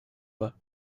pas